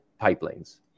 pipelines